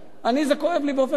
אני, זה כואב לי באופן אישי.